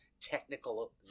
technical